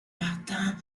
martin